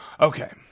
Okay